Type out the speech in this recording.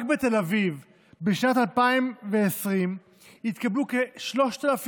רק בתל אביב בשנת 2020 התקבלו כ-3,600